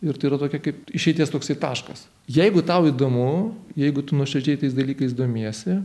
ir tai yra tokia kaip išeities toksai taškas jeigu tau įdomu jeigu tu nuoširdžiai tais dalykais domiesi